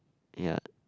ya